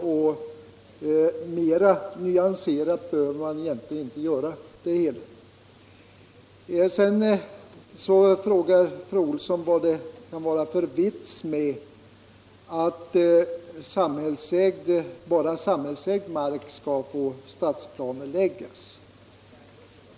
Och mera nyanserat bör man heller inte skriva. Sedan frågade fru Olsson vad det kan vara för vits med att bara samhällsägd mark skall få stadsplaneläggas.